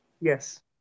Yes